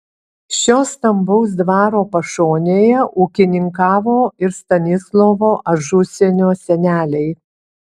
šio stambaus dvaro pašonėje ūkininkavo ir stanislovo ažusienio seneliai